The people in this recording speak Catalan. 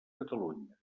catalunya